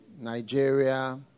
Nigeria